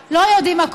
יש, יש קשר.